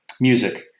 music